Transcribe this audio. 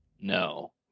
No